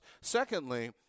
secondly